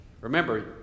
remember